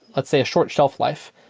let's say, a short shelf life.